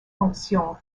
ponction